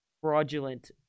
fraudulent